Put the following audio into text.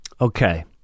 okay